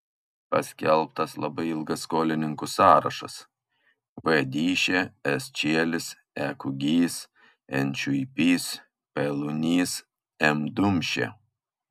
paskelbtas labai ilgas skolininkų sąrašas v dyšė s čielis e kugys n šiuipys p lunys m dumšė